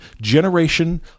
generation